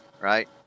right